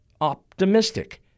optimistic